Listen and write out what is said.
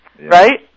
Right